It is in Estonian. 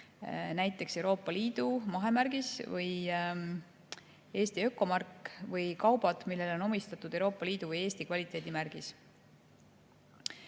näiteks Euroopa Liidu (EL) mahemärgis või Eesti ökomärk; või kaubad, millele on omistatud EL‑i või Eesti kvaliteedimärgis?"